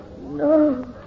No